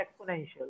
exponential